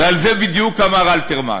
כשעל זה בדיוק אמר אלתרמן: